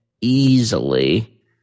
easily